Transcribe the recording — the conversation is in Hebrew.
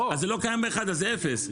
אם זה לא קיים באחד אז אפס.